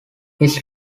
his